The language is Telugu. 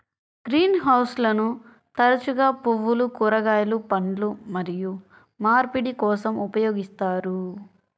గ్రీన్ హౌస్లను తరచుగా పువ్వులు, కూరగాయలు, పండ్లు మరియు మార్పిడి కోసం ఉపయోగిస్తారు